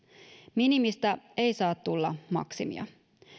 minimistä ei saa tulla maksimia